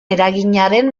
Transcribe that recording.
eraginaren